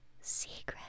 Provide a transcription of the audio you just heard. Secret